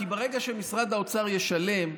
כי ברגע שמשרד האוצר ישלם,